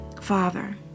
Father